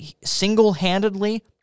single-handedly